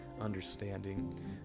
understanding